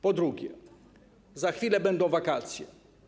Po drugie, za chwilę będą wakacje.